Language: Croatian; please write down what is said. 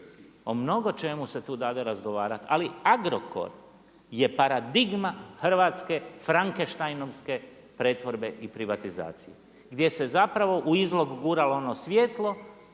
O mnogo čemu se tu dade razgovarati, ali Agrokor je paradigma hrvatske Frankensteinovske pretvorbe i privatizacije gdje se zapravo u izlog guralo ono svjetlo,